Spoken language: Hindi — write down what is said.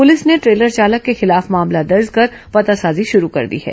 पुलिस ने द्रेलर चालक के खिलाफ मामला दर्ज कर पतासाजी शुरू कर दी है